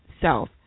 self